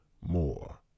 More